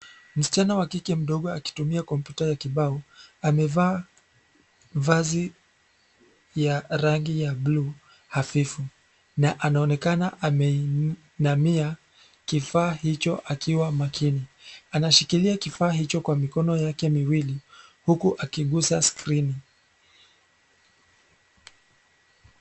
Msichana wa kike mdogo akitumia kompyuta ya kibao amevaa vazi ya rangi ya bluu hafifu na anaonekana ameinamia kifaa hicho akiwa makini. Anashikilia kifaa hicho kwa mikono yake miwili huku akigusa skrini.